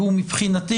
ומבחינתי,